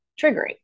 triggering